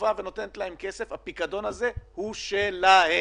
טובה ונותנת להם כסף - הפיקדון הזה הוא שלהם,